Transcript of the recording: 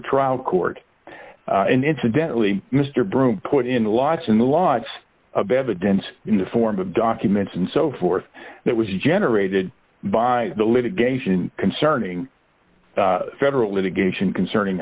trial court and incidentally mr broom put in lots and lots of evidence in the form of documents and so forth that was generated by the litigation concerning federal litigation concerning